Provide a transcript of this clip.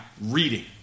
reading